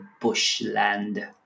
bushland